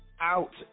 out